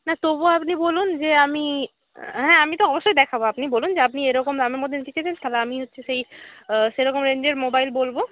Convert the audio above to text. না তবুও আপনি বলুন যে আমি হ্যাঁ আমি তো অবশ্যই দেখাব আপনি বলুন যে আপনি এরকম দামের মধ্যে নিতে চাইছেন তাহলে আমি হচ্ছে সেই সেরকম রেঞ্জের মোবাইল বলব